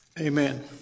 Amen